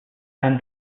and